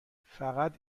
فقط